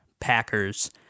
Packers